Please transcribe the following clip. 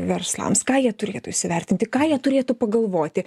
verslams ką jie turėtų įsivertinti ką jie turėtų pagalvoti